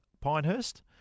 Pinehurst